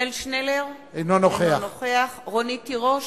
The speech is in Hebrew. עתניאל שנלר, אינו נוכח רונית תירוש,